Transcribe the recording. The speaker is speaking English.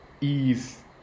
ease